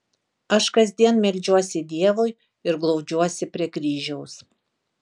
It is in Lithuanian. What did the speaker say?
aš kasdien meldžiuosi dievui ir glaudžiuosi prie kryžiaus